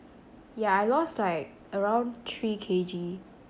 yeah I lost like around three K_G